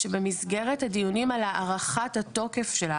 שבמסגרת הדיונים על הארכת התוקף שלה,